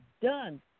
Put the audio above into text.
done